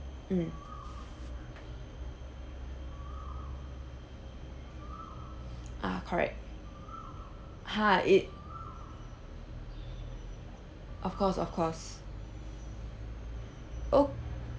mm ah correct ha it of course of course o~